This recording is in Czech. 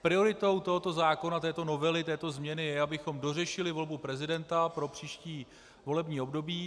Prioritou tohoto zákona, této novely, této změny je, abychom dořešili volbu prezidenta pro příští volební období.